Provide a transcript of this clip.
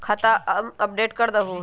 खाता अपडेट करदहु?